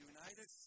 United